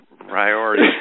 priority